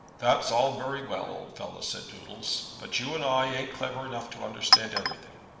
that's all very well, old fellow, said doodles, but you and i ain't clever enough to understand everything.